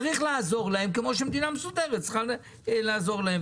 צריך לעזור להם כמו שמדינה מסודרת צריכה לעזור להם.